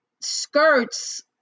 skirts